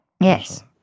Yes